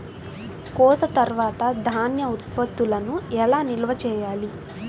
కోత తర్వాత ధాన్య ఉత్పత్తులను ఎలా నిల్వ చేయాలి?